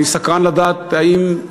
אני סקרן לדעת האם,